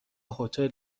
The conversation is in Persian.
هتل